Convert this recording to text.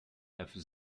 have